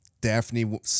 daphne